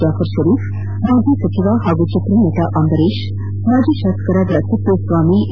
ಜಾಫರ್ ಡರೀಫ್ ಮಾಜಿ ಸಚಿವ ಹಾಗೂ ಚಿತ್ರನಟ ಅಂಬರೀಶ್ ಮಾಜಿ ಶಾಸಕರಾದ ತಿಪ್ಪೇಸ್ವಾಮಿ ಈ